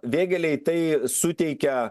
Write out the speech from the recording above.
vėgėlei tai suteikia